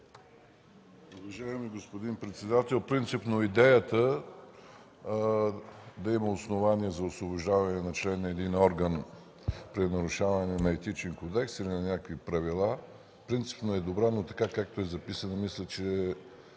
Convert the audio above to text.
Уважаеми господин председател, идеята да има основание за освобождаване на член на един орган при нарушаване на Етичен кодекс, на някакви правила принципно е добра, но така, както е записана, мисля, че,